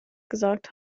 gesagt